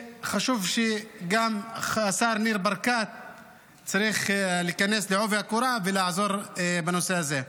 חשוב שגם השר ניר ברקת ייכנס בעובי הקורה ויעזור בנושא הזה.